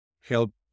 help